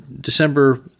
December